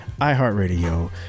iHeartRadio